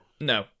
No